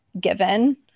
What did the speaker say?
given